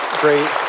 great